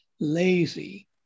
lazy